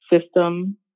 system